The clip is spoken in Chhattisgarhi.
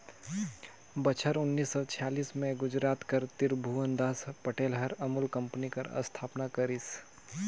बछर उन्नीस सव छियालीस में गुजरात कर तिरभुवनदास पटेल हर अमूल कंपनी कर अस्थापना करिस